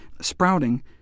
Sprouting